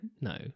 No